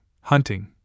hunting